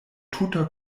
tuta